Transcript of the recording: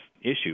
issue